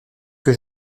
que